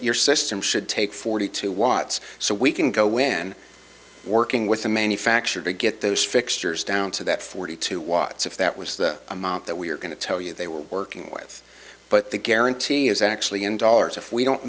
your system should take forty two watts so we can go when working with the manufacturer to get those fixtures down so that forty two watts if that was the amount that we're going to tell you they were working with but the guarantee is actually in dollars if we don't